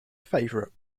favorite